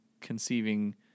conceiving